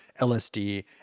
LSD